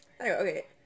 okay